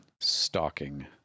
stalking